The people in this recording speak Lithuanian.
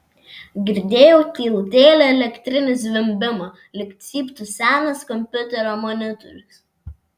girdėjau tylutėlį elektrinį zvimbimą lyg cyptų senas kompiuterio monitorius